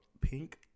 Pink